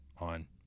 on